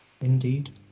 Indeed